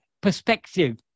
perspective